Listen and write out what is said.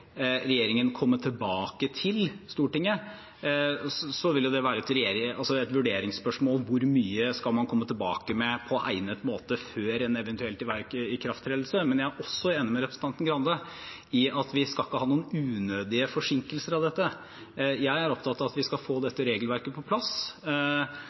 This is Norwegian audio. regjeringen komme tilbake til Stortinget med, og det vil være et vurderingsspørsmål hvor mye man skal komme tilbake med på egnet måte før en eventuell ikrafttredelse. Men jeg er også enig med representanten Grande i at vi ikke skal ha noen unødige forsinkelser av dette. Jeg er opptatt av at vi skal få